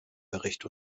bericht